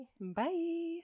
Bye